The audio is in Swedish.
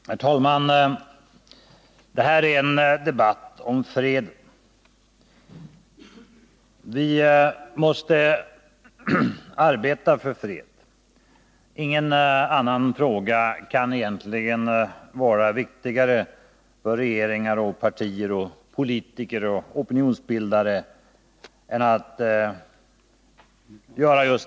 Herr talman! Det här är en debatt om freden. Vi måste arbeta för fred. Inget annat kan egentligen vara viktigare för regeringar, partier, politiker och opinionsbildare.